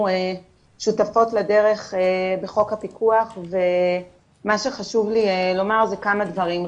שותפות לדרך בחוק הפיקוח מה שחשוב לי לומר זה כמה דברים.